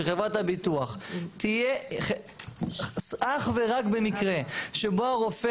של חברת הביטוח תהיה אך ורק במקרה שבו הרופא